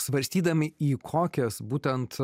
svarstydami į kokias būtent